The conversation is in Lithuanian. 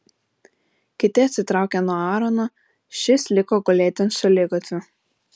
kiti atsitraukė nuo aarono šis liko gulėti ant šaligatvio